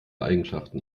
eigenschaften